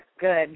good